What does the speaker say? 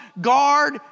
guard